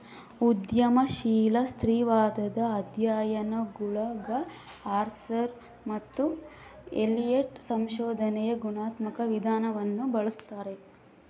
ಉದ್ಯಮಶೀಲ ಸ್ತ್ರೀವಾದದ ಅಧ್ಯಯನಗುಳಗಆರ್ಸರ್ ಮತ್ತು ಎಲಿಯಟ್ ಸಂಶೋಧನೆಯ ಗುಣಾತ್ಮಕ ವಿಧಾನವನ್ನು ಬಳಸ್ತಾರೆ